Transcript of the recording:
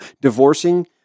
Divorcing